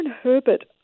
Herbert